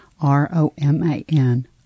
R-O-M-A-N